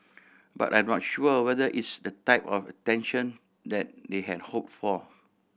but I'm not sure whether it's the type of attention that they had hope for